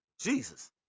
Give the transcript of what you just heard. Jesus